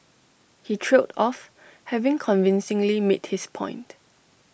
he trailed off having convincingly made his point